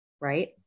right